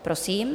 Prosím.